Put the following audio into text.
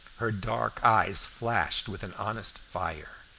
her dark eyes flashed with an honest fire,